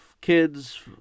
kids